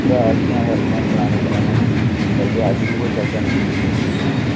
भ्राऽ जि'नेंगी अस आखने आं पराने जमानै चलदे अज्ज बी उ'ऐ चलदे न